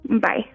Bye